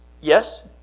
Yes